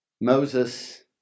Moses